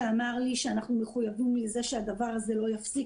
שאמר לי שאנחנו מחויבים לזה שהדבר הזה לא יפסיק,